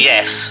Yes